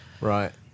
right